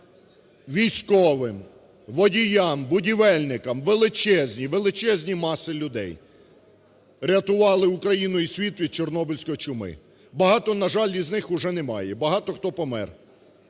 військовим, водіям, будівельникам – величезні-величезні маси людей рятували Україну і світ від "чорнобильської чуми". Багато, на жаль, із них уже немає, багато хто помер,